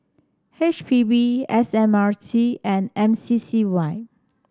H P B S M R T and M C C Y